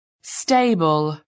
stable